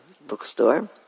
bookstore